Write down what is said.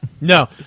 No